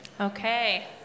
Okay